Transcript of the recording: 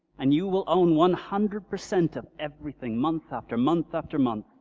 and you will own one hundred percent of everything, month after month, after month.